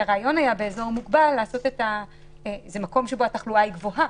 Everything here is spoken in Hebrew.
הרי אזור מוגבל זה מקום שבו התחלואה גבוהה,